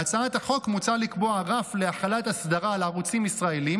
בהצעת החוק מוצע לקבוע רף להפעלת אסדרה על ערוצים ישראליים